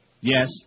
Yes